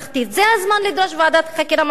זה הזמן לדרוש ועדת חקירה ממלכתית,